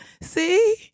see